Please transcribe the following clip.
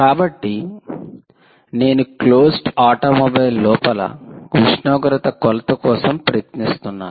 కాబట్టి నేను closed automobile లోపల ఉష్ణోగ్రత కొలత కోసం ప్రయత్నిస్తున్నాను